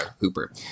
Hooper